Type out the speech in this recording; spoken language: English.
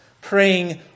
Praying